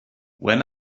when